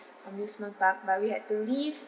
amusement park but we had to leave